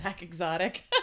Exotic